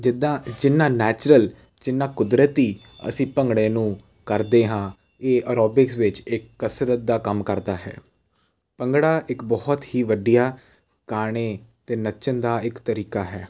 ਜਿੱਦਾਂ ਜਿੰਨਾ ਨੈਚਰਲ ਜਿੰਨਾ ਕੁਦਰਤੀ ਅਸੀਂ ਭੰਗੜੇ ਨੂੰ ਕਰਦੇ ਹਾਂ ਇਹ ਅਰੋਬਿਕਸ ਵਿੱਚ ਇਹ ਕਸਰਤ ਦਾ ਕੰਮ ਕਰਦਾ ਹੈ ਭੰਗੜਾ ਇੱਕ ਬਹੁਤ ਹੀ ਵਧੀਆ ਗਾਣੇ ਅਤੇ ਨੱਚਣ ਦਾ ਇੱਕ ਤਰੀਕਾ ਹੈ